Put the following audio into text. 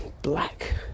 black